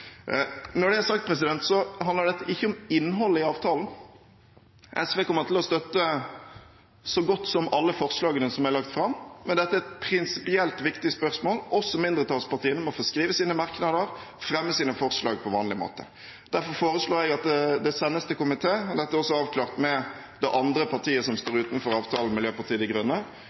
Når det er sagt, handler dette ikke om innholdet i avtalen. SV kommer til å støtte så godt som alle forslagene som er lagt fram. Men dette er et prinsipielt viktig spørsmål. Også mindretallspartiene må få skrive sine merknader og fremme sine forslag på vanlig måte. Derfor foreslår jeg at det sendes til komité. Dette er også avklart med det andre partiet som